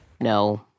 No